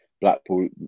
Blackpool